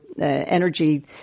energy